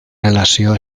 relació